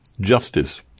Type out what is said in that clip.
justice